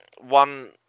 One